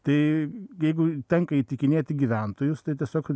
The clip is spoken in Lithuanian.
tai jeigu tenka įtikinėti gyventojus tai tiesiog